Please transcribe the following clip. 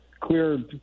clear